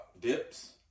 dips